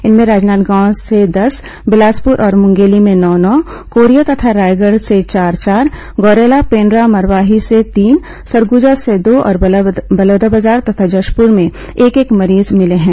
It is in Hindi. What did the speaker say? इनमें राजनांदगांव से दस बिलासपुर और मुंगेली में नौ नौ कोरिया तथा रायगढ़ से चार चार गौरेला पेण्ड्रा मरवाही से तीन सरगुजा से दो और बलौदाबाजार तथा जशपुर में एक एक मरीज मिले हैं